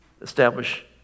establish